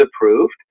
approved